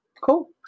cool